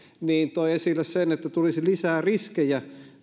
toi esille sen että uudella itsehallintolailla tulisi lisää riskejä